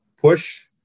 push